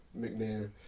McNair